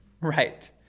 Right